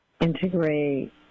integrate